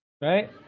right